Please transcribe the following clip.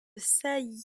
sailly